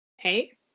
Hey